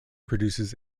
produces